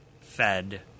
fed